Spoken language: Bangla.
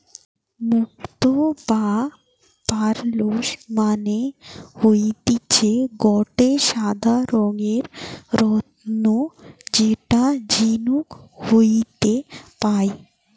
মুক্তো বা পার্লস মানে হতিছে গটে সাদা রঙের রত্ন যেটা ঝিনুক হইতে পায়